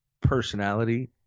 personality